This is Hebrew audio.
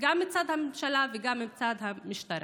גם מצד הממשלה וגם מצד המשטרה.